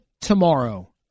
tomorrow